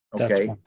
okay